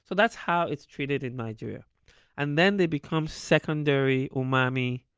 so that's how it's treated in nigeria and then they become secondary umami,